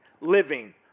living